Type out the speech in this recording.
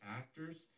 actors